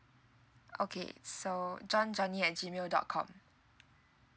okay so john johnny at G mail dot com